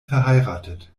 verheiratet